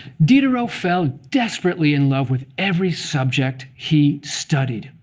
diderot fell desperately in love with every subject he studied,